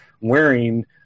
wearing